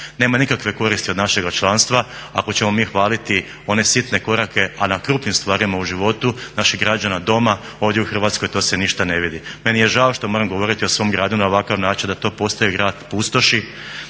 Nema nikakve koristi od našega članstva ako ćemo mi hvaliti one sitne korake a na krupnim stvarima u životu naših građana, doma, ovdje u Hrvatskoj to se ništa ne vidi. Meni je žao što moram govoriti o svom gradu na ovakav način da to postaje grad pustoši,